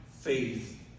faith